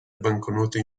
banconote